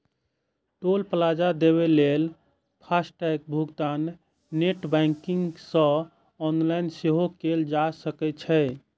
टोल plaza देबय लेल FASTag भुगतान नेट बैंकिंग सं ऑनलाइन सेहो कैल जा सकै छै